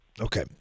Okay